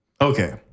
Okay